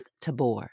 Tabor